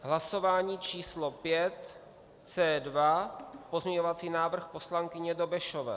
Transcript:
Hlasování číslo pět C2, pozměňovací návrh poslankyně Dobešové.